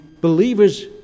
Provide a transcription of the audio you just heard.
believers